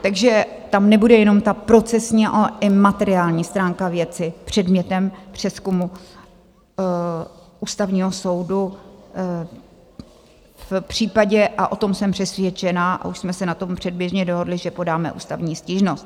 Takže tam nebude jenom ta procesní, ale i materiální stránka věci předmětem přezkumu Ústavního soudu v případě, a o tom jsem přesvědčená, a už jsme se na tom předběžně dohodli, že podáme ústavní stížnost.